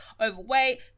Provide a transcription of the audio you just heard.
overweight